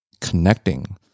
connecting